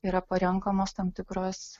yra parenkamos tam tikros